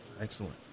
Excellent